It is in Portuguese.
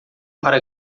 para